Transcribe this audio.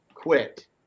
quit